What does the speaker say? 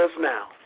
now